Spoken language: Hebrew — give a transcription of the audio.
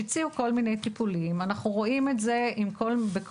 שהציעו כל מיני טיפולים.